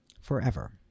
forever